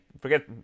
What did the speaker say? forget